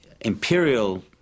imperial